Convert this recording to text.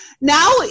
Now